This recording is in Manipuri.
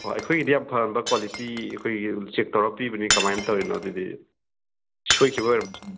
ꯑꯣ ꯑꯩꯈꯣꯏꯒꯤꯗꯤ ꯌꯥꯝ ꯐꯕ ꯀ꯭ꯋꯥꯂꯤꯇꯤ ꯑꯩꯈꯣꯏꯒꯤ ꯆꯦꯛ ꯇꯧꯔꯒ ꯄꯤꯕꯅꯦ ꯀꯃꯥꯏ ꯇꯧꯔꯤꯅꯣ ꯑꯗꯨꯗꯤ ꯁꯣꯏꯈꯤꯕ ꯑꯣꯏꯔꯝꯕꯁꯨ ꯌꯥꯏ